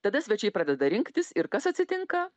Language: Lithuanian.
tada svečiai pradeda rinktis ir kas atsitinka